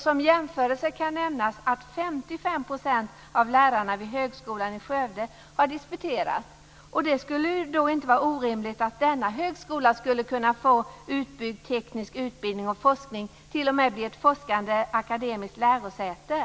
Som jämförelse kan nämnas att 55 % av lärarna vid Högskolan i Skövde har disputerat. Det skulle inte vara orimligt att denna högskola skulle kunna få utbyggd teknisk utbildning och forskning och t.o.m. bli ett forskande akademiskt lärosäte.